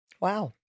wow